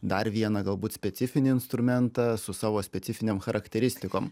dar vieną galbūt specifinį instrumentą su savo specifinėm charakteristikom